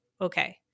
okay